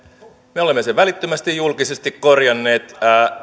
me olemme sen välittömästi julkisesti korjanneet